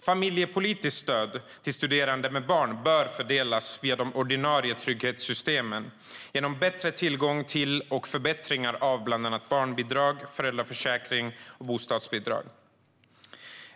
Familjepolitiskt stöd till studerande med barn bör fördelas via de ordinarie trygghetssystemen genom bättre tillgång till och förbättringar av bland annat barnbidrag, föräldraförsäkring och bostadsbidrag.